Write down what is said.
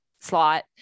slot